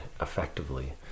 effectively